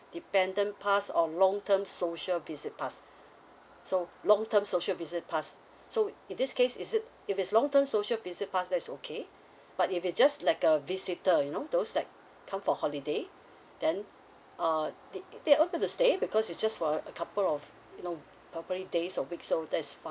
dependant pass or long term social visit pass so long term social visit pass so in this case is it if it's long term social visit pass that's okay but if it's just like a visitor you know those like come for holiday then uh they they not going to stay because it's just for a a couple of you know mm probably days or week so that's fine